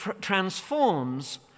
transforms